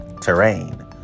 terrain